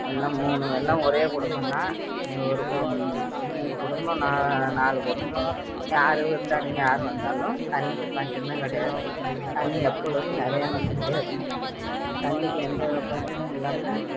எல்லாம் மூணு எல்லாம் ஒரே குடும்பம் தான் அந்த ஒரு மூணு குடும்பம் நாலு குடும்பம் யார் விருந்தாளிங்க யார் வந்தாலும் தண்ணிக்கு பஞ்சமே கிடையாது தண்ணி எப்பொழுதும் நிறையா வந்துக்கிட்டே இருக்கும் தண்ணிக்கு எந்த பஞ்சமும் இல்லாமல்